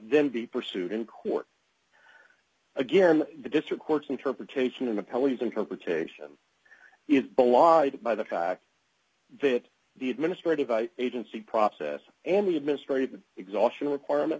then be pursued in court again the district court's interpretation of the pallies interpretation is bull lied by the fact that the administrative agency process and the administrative exhaustion requirement